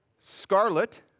scarlet